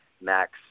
max